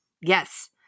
Yes